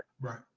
Right